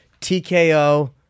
TKO